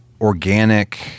organic